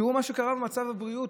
תראו מה שקרה במצב הבריאות,